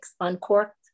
Uncorked